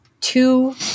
Two